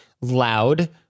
loud